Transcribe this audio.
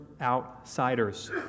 outsiders